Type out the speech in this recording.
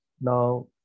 now